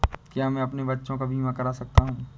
क्या मैं अपने बच्चों का बीमा करा सकता हूँ?